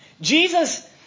Jesus